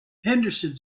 henderson